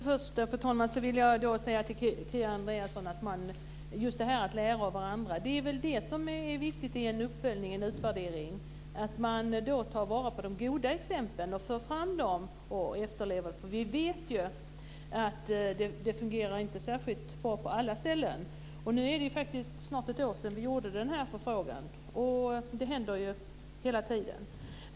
Fru talman! Jag vill till Kia Andreasson säga att det vid en uppföljning är viktigt att lära av varandra. Vid en utvärdering bör man ta fasta på de goda exemplen och följa upp dem. Vi vet att det inte fungerar särskilt bra på alla ställen. Det är faktiskt snart ett år sedan som vi gjorde vår förfrågan, och det händer saker hela tiden.